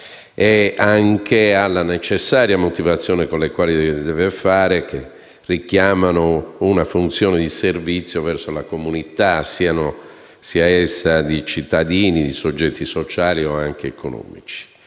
e anche alla necessaria motivazione con la quale lo deve fare, che richiama una funzione di servizio verso la comunità, sia essa di cittadini, di soggetti sociali o anche economici.